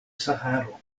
saharo